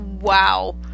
wow